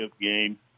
game